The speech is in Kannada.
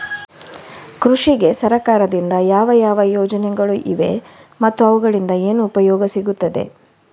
ಕೃಷಿಗೆ ಸರಕಾರದಿಂದ ಯಾವ ಯಾವ ಯೋಜನೆಗಳು ಇವೆ ಮತ್ತು ಅವುಗಳಿಂದ ಏನು ಉಪಯೋಗ ಸಿಗುತ್ತದೆ?